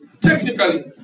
technically